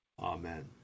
Amen